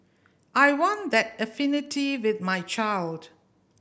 I want that affinity with my child